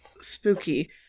spooky